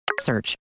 Search